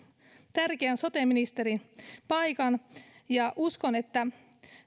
tärkeän sote ministerin paikan ja uskon että